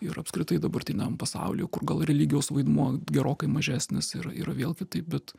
ir apskritai dabartiniam pasaulyje kur gal religijos vaidmuo gerokai mažesnis yra yra vėl kitaip bet